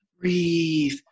breathe